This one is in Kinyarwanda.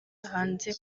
hanze